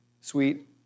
sweet